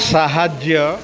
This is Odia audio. ସାହାଯ୍ୟ